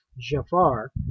Jafar